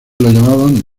llamaban